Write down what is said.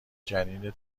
جنین